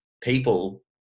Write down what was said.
people